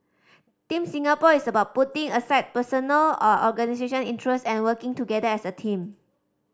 Team Singapore is about putting aside personal or organisation interest and working together as a team